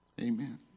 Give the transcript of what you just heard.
Amen